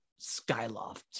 Skyloft